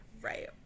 right